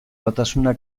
batasuna